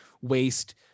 waste